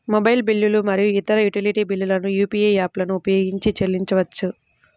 mobile బిల్లులు మరియు ఇతర యుటిలిటీ బిల్లులను యూ.పీ.ఐ యాప్లను ఉపయోగించి చెల్లించవచ్చు